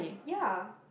ya